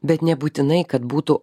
bet nebūtinai kad būtų